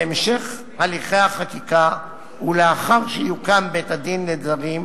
בהמשך הליכי החקיקה, ולאחר שיוקם בית-הדין לזרים,